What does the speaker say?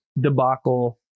debacle